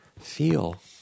feel